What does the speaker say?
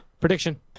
Prediction